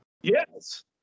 Yes